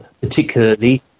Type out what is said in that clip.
particularly